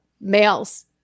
males